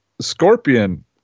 Scorpion